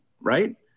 right